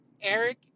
Eric